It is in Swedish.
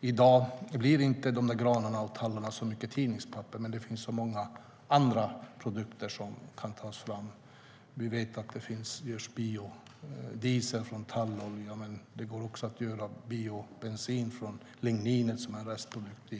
I dag blir granarna och tallarna inte till särskilt mycket tidningspapper, men många andra produkter kan tas fram. Vi vet att det görs biodiesel av tallolja, men det går också att göra biobensin av ligninet som är en restprodukt